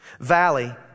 Valley